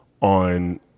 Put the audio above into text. on